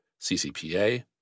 CCPA